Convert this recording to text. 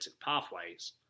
pathways